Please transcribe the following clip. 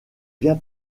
bien